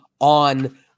on